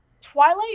Twilight